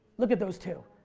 look at those two.